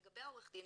לגבי עורך הדין,